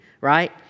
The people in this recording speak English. right